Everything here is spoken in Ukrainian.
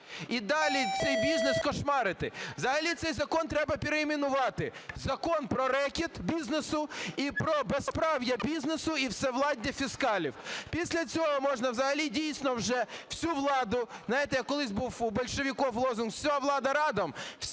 і далі цей бізнес кошмарити. Взагалі цей закон треба перейменувати: закон про рекет бізнесу і про безправ'я бізнесу і всевладдя фіскалів. Після цього можна взагалі, дійсно, вже всю владу, знаєте, як колись був у більшовиків лозунг "Вся влада – радам",